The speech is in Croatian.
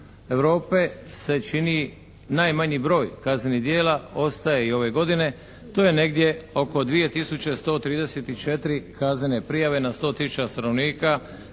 Europe se čini najmanji broj kaznenih djela ostaje i ove godine to je negdje oko 2 tisuće 134 kaznene prijave na 100 tisuća stanovnika